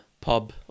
pub